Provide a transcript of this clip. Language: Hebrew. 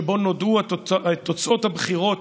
שבו נודעו תוצאות הבחירות